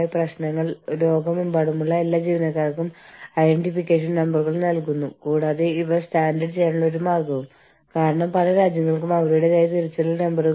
അന്താരാഷ്ട്ര human resource മാനേജർമാർക്ക് പ്രത്യേകിച്ച് മൾട്ടി നാഷണൽ എന്റർപ്രൈസസിൽ അന്താരാഷ്ട്ര തൊഴിൽ മാനദണ്ഡങ്ങളും നിയന്ത്രണങ്ങളും മനസ്സിലാക്കുന്നത് വളരെ പ്രധാനമാണ്